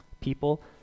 people